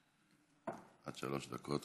עד שלוש דקות,